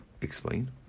explain